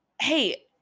Hey